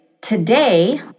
today